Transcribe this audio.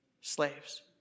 slaves